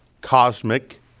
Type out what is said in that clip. cosmic